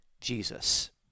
Jesus